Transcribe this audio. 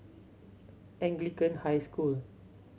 Anglican High School